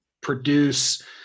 produce